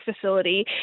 facility